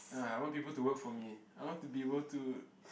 ah I want people to work for me I want to be able to